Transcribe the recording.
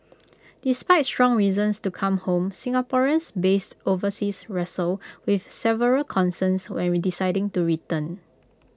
despite strong reasons to come home Singaporeans based overseas wrestle with several concerns when we deciding to return